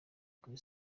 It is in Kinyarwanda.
kuri